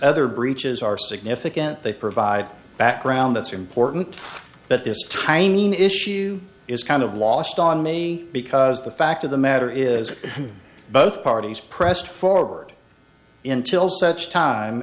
are significant they provide background that's important but this tiny an issue is kind of lost on me because the fact of the matter is both parties pressed forward in till such time